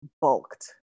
bulked